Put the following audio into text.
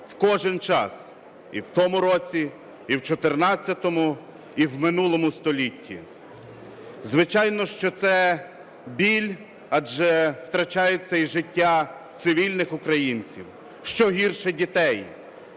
в кожен час, і в тому році, і в 14-му, і в минулому столітті. Звичайно, що це біль, адже втрачається і життя цивільних українців, що гірше, дітей.